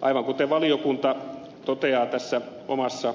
aivan kuten valiokunta toteaa omassa